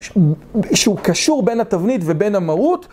ש.ש... הוא קשור בין התבנית ובין המהות?